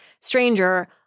stranger